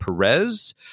Perez